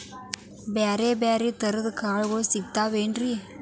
ಬ್ಯಾರೆ ಬ್ಯಾರೆ ತರದ್ ಕಾಳಗೊಳು ಸಿಗತಾವೇನ್ರಿ?